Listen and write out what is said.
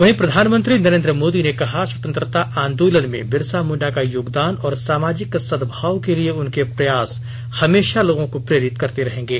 वहीं प्रधानमंत्री नरेन्द्र मोर्दी ने कहा स्वतंत्रता आंदोलन में बिरसा मुंडा का योगदान और सामाजिक सदभाव के लिए उनके प्रयास हमेशा लोगों को प्रेरित करते रहेंगे